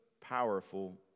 powerful